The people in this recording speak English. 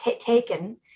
taken